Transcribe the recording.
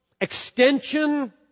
extension